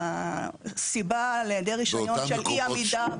עדיין הסיבה להיעדר רישיון בשל אי-עמידה בתכנון